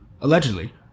allegedly